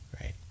Right